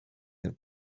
their